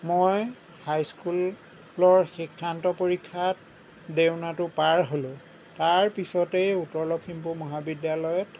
মই হাই স্কুলৰ শিক্ষান্ত পৰীক্ষাত দেওনাটো পাৰ হ'লোঁ তাৰ পিছতেই উত্তৰ লখিমপুৰ মহাবিদ্যালয়ত